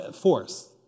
force